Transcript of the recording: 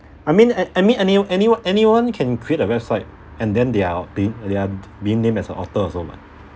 I mean and I mean any anyone anyone can create a website and then they are being they're being named as a author also mah